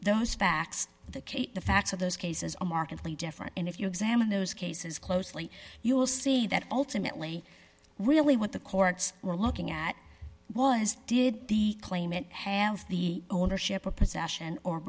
those facts the cape the facts of those cases are markedly different and if you examine those cases closely you will see that ultimately really what the courts were looking at was did the claimant hands the ownership or possession or